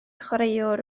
chwaraewr